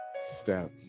step